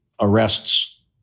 arrests